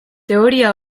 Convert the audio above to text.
teoria